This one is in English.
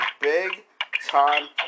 big-time